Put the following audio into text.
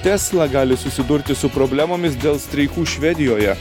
tesla gali susidurti su problemomis dėl streikų švedijoje